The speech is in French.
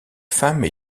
femme